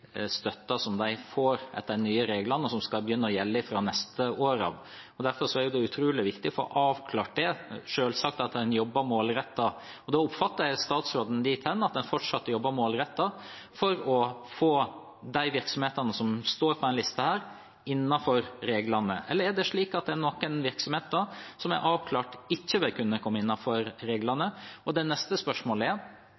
som de får etter de nye reglene som skal begynne å gjelde fra neste år. Derfor er det utrolig viktig å få avklart det, og selvsagt at en jobber målrettet, og jeg oppfattet statsråden dit hen at en fortsatt jobber målrettet for å få de virksomhetene som står på denne listen, innenfor reglene. Eller er det slik at det er noen virksomheter som det er avklart ikke vil kunne komme innenfor reglene?